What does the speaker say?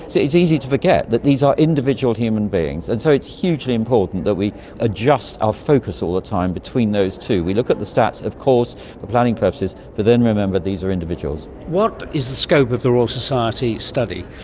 it's easy to forget that these are individual human beings. and so it's hugely important that we adjust our focus all the time between those two. we look at the stats of course for planning purposes, but then remember these are individuals. what is the scope of the royal society study?